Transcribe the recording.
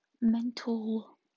mental